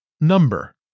Number